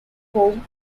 home